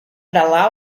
para